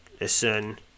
Listen